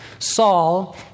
Saul